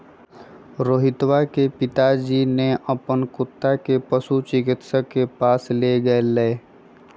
रोहितवा के पिताजी ने अपन कुत्ता के पशु चिकित्सक के पास लेगय लय